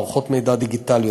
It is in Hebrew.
מערכות מידע דיגיטליות,